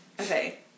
Okay